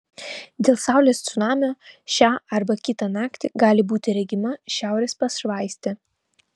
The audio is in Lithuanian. dėl saulės cunamio šią arba kitą naktį gali būti regima šiaurės pašvaistė